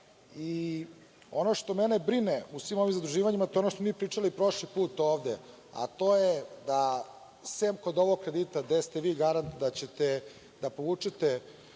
Ono što mene brine u svim ovim zaduživanjima, to je ono što smo mi pričali prošli put ovde, a to je da sem kod ovog kredita gde ste vi garant da ćete da povučete